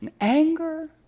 anger